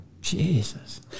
Jesus